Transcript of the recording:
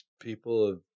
People